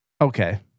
Okay